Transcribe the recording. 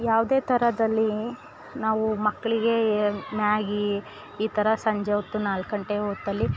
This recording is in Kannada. ಯಾವುದೇ ಥರದಲ್ಲೀ ನಾವು ಮಕ್ಕಳಿಗೆ ಮ್ಯಾಗೀ ಈ ಥರ ಸಂಜೆ ಹೊತ್ತು ನಾಲ್ಕು ಗಂಟೆ ಹೊತ್ತಲ್ಲಿ